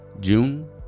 June